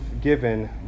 given